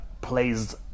plays